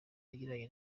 yagiranye